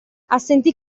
assentí